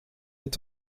est